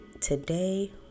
today